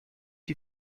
die